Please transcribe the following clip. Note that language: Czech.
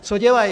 Co dělají?